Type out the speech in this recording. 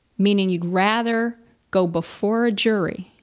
meaning you'd rather go before a jury,